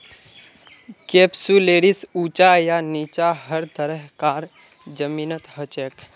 कैप्सुलैरिस ऊंचा या नीचा हर तरह कार जमीनत हछेक